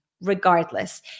regardless